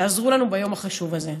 שעזרו לנו ביום החשוב הזה.